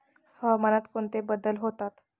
हवामानात कोणते बदल होतात?